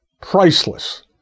priceless